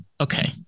okay